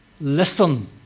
Listen